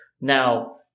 Now